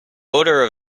odor